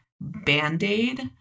band-aid